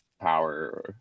power